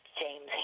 James